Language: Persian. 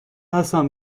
حسن